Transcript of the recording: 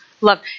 love